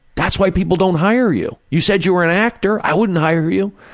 that's why people don't hire you. you said you were an actor. i wouldn't hire you.